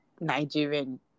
Nigerian